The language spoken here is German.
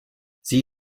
sie